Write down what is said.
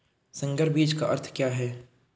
संकर बीज का अर्थ क्या है?